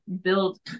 build